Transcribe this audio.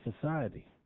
society